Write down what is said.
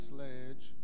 Sledge